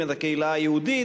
אם את הקהילה היהודית.